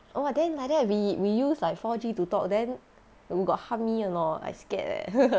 oh then like that we we use like four G to talk then will got harm me or not I scared leh